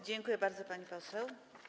Dziękuję bardzo, pani poseł.